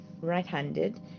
right-handed